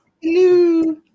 Hello